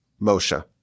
Moshe